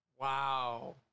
Wow